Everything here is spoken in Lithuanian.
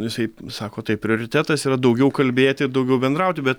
visaip sako tai prioritetas yra daugiau kalbėti daugiau bendrauti bet